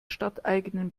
stadteigenen